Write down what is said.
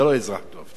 זה לא אזרח טוב.